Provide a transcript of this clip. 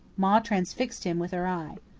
ma transfixed him with her eye.